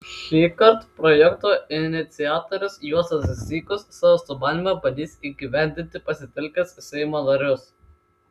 šįkart projekto iniciatorius juozas zykus savo sumanymą bandys įgyvendinti pasitelkęs seimo narius